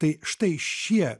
tai štai šie